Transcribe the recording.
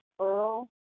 Earl